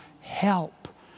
help